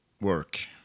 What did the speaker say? work